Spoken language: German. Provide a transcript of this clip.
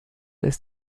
ist